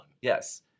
Yes